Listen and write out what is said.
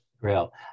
Real